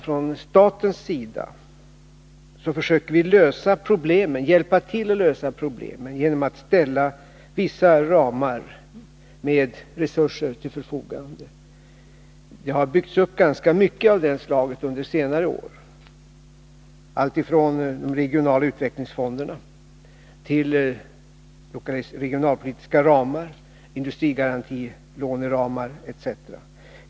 Från statens sida försöker vi hjälpa till att lösa problemen genom att inom vissa ramar ställa resurser till förfogande. Det har byggts upp ganska mycket medel av det slaget under senare år, alltifrån de regionala utvecklingsfonderna till resurser inom regionalpolitiska ramar, industrigarantilåneramar etc.